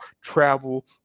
travel